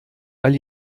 weil